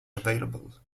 available